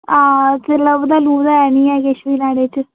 हां केह् लभदा लुभदा ऐ निं ऐ किश बी न्हाड़ै च